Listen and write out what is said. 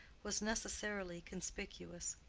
was necessarily conspicuous.